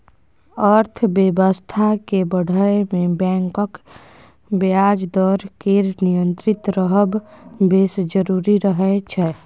अर्थबेबस्था केँ बढ़य मे बैंकक ब्याज दर केर नियंत्रित रहब बेस जरुरी रहय छै